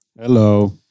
Hello